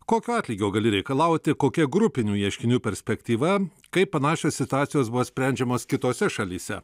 kokio atlygio gali reikalauti kokia grupinių ieškinių perspektyva kaip panašios situacijos buvo sprendžiamos kitose šalyse